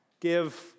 Give